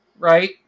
Right